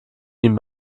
ihm